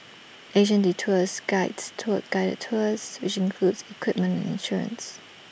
Asian Detours Guides tour guided tours which includes equipment and insurance